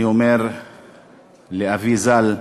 אני אומר לאבי ז"ל,